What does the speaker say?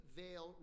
veil